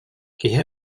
киһи